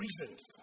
reasons